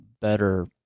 Better